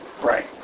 Right